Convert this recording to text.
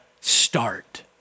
start